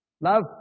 Love